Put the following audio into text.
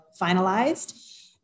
finalized